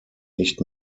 nicht